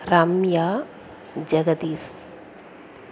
Ramya Jagadish